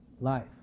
Life